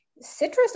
citrus